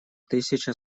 тысяча